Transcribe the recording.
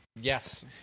Yes